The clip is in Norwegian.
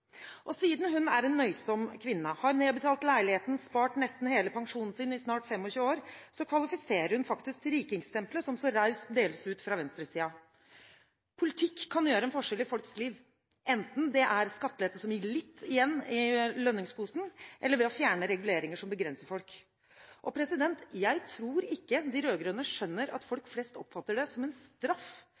opp. Siden hun er en nøysom kvinne, har nedbetalt leiligheten og spart nesten hele pensjonen sin i snart 25 år, kvalifiserer hun faktisk til rikingstempelet som så raust deles ut fra venstresiden. Politikk kan gjøre en forskjell i folks liv, enten det er snakk om skattelette som gir litt igjen i lønningsposen, eller ved å fjerne reguleringer som begrenser folk. Jeg tror ikke de rød-grønne skjønner at folk flest oppfatter det som en straff